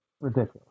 Ridiculous